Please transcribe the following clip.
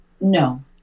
No